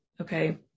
Okay